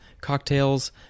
cocktails